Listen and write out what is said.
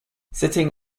sitting